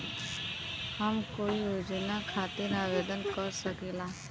हम कोई योजना खातिर आवेदन कर सकीला?